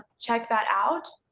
ah check that out.